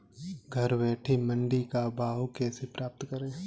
घर बैठे मंडी का भाव कैसे पता करें?